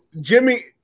Jimmy